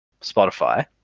spotify